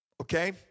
Okay